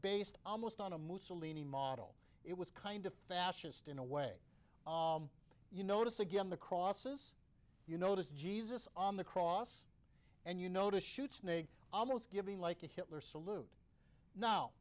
based almost on a mussolini model it was kind of fastest in a way you notice again the crosses you notice jesus on the cross and you know to shoot snake almost given like a hitler salute now